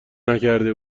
نکرده